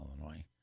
Illinois